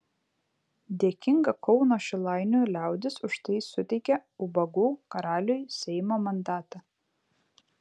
dėkinga kauno šilainių liaudis už tai suteikė ubagų karaliui seimo mandatą